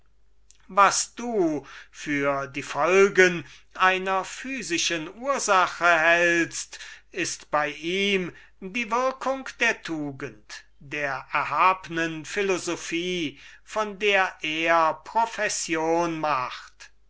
was du für die folge einer physischen notwendigkeit hältst ist bei ihm die würkung der tugend und der erhabnen philosophie von der er profession macht